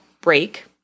break